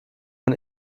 von